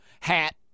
hat